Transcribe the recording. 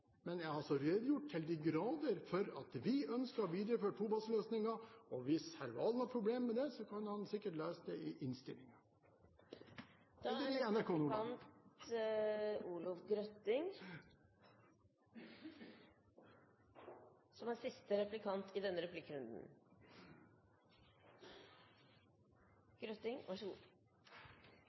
men jeg har redegjort så til de grader for at vi ønsker å videreføre tobaseløsningen. Hvis hr. Valen har problemer med det, kan han sikkert lese det i innstillingen. I